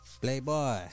playboy